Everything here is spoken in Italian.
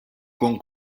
con